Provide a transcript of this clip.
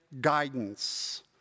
guidance